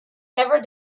never